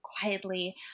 quietly